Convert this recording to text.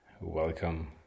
welcome